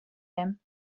him